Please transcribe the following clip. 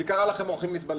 מי קרא לכם אורחים נסבלים?